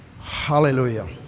Hallelujah